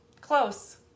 Close